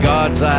God's